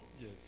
yes